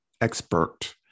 expert